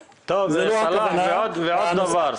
סלאח, עוד דבר.